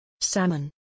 Salmon